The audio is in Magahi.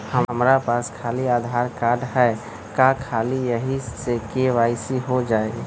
हमरा पास खाली आधार कार्ड है, का ख़ाली यही से के.वाई.सी हो जाइ?